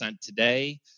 today